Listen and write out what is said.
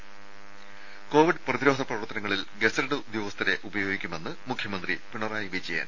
ത കോവിഡ് പ്രതിരോധ പ്രവർത്തനങ്ങളിൽ ഗസറ്റഡ് ഉദ്യോഗസ്ഥരെ ഉപയോഗിക്കുമെന്ന് മുഖ്യമന്ത്രി പിണറായി വിജയൻ